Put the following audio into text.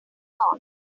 lord